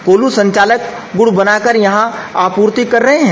कोल्हू संचालक गुड़ बनाकर यहां आपूर्ति कर रहे हैं